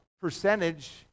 percentage